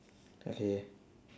okay